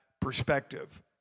perspective